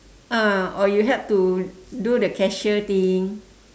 ah or you help to do the cashier thing